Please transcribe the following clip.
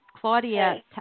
Claudia